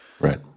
Right